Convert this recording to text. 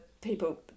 people